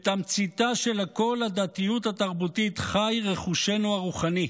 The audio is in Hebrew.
בתמציתה של כל הדתיות התרבותית חי רכושנו הרוחני,